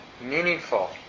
meaningful